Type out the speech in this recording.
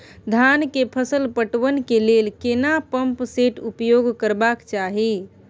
धान के फसल पटवन के लेल केना पंप सेट उपयोग करबाक चाही?